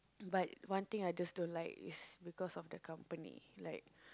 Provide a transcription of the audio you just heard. but one thing I just don't like is because of the company like